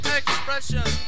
expression